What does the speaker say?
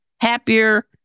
Happier